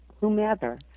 whomever